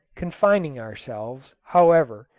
confining ourselves, however,